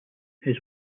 his